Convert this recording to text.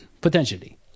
potentially